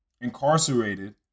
incarcerated